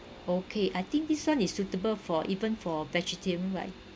okay I think this one is suitable for even for vegetarian right